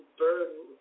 burden